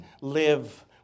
live